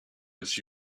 its